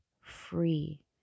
free